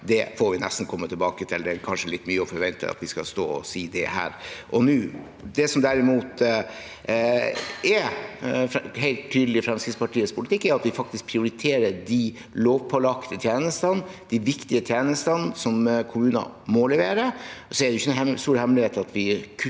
Det får vi nesten komme tilbake til. Det er kanskje litt mye å forvente at vi skal stå og si det her og nå. Det som derimot er helt tydelig Fremskrittspartiets politikk, er at vi faktisk prioriterer de lovpålagte tjenestene – de viktige tjenestene – som kommunene må levere. Det er ikke noen stor hemmelighet at vi kutter